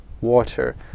water